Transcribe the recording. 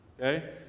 Okay